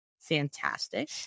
fantastic